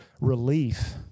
relief